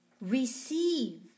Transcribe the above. receive